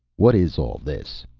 what is all this?